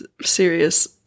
serious